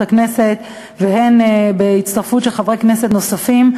הכנסת והן בהצטרפות של חברי כנסת נוספים,